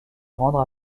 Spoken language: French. rendre